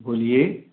बोलिए